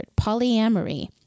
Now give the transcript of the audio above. polyamory